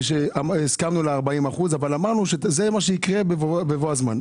שהסכמנו ל-40%, אבל אמרנו שזה מה שיקרה בבוא הזמן.